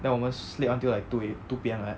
then 我们 sleep until like two a two P_M like that